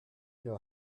know